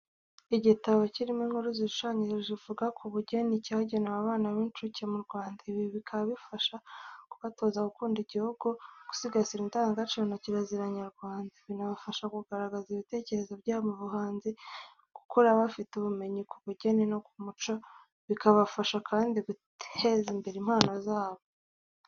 Igitabo kirimo inkuru zishushanyije zivuga ku bugeni cyagenewe abana b'incuke mu Rwanda. Ibi bikaba bifasha kubatoza gukunda igihugu, gusigasira indangagaciro na kirazira nyarwanda. Binabafasha kugaragaza ibitekerezo byabo mu buhanzi, gukura bafite ubumenyi ku bugeni no ku muco bikabafasha kandi guteza imbere impano zabo.